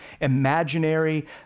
imaginary